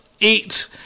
eight